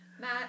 Matt